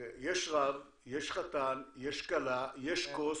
יש רב, יש חתן, יש כלה, יש כוס,